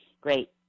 great